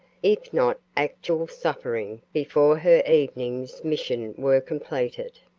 if not actual suffering, before her evening's mission were completed.